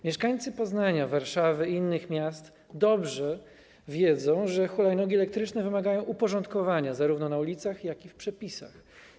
Mieszkańcy Poznania, Warszawy i innych miast dobrze wiedzą, że hulajnogi elektryczne wymagają uporządkowania zarówno na ulicach, jak i w przepisach.